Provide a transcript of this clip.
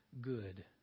good